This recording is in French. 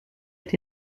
est